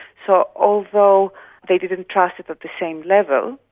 so although they didn't trust it at the same level,